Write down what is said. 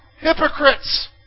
Hypocrites